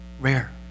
rare